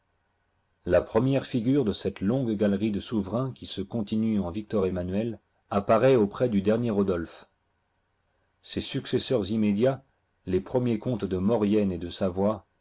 la première figure de cette longue galerie de souverains qui se continue en victor emmanuel apparaît auprès du dernier rodolphe ses successeurs immédiats les premiers comtes de maurienne et de savoie